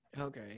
Okay